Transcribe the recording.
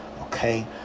Okay